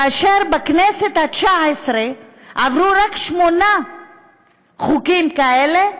בכנסת ה-18 עברו רק שמונה חוקים כאלה,